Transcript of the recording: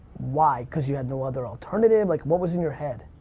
why? cause you had no other alternative, like what was in your head?